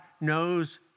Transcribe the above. knows